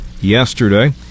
yesterday